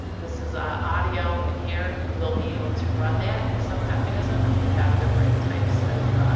this is ah audio in here, you will be able to run that in some mechanism, if you have the right types of